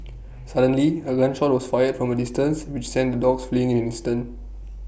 suddenly A gun shot was fired from A distance which sent the dogs fleeing in an instant